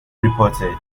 reported